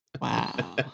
Wow